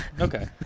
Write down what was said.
Okay